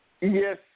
Yes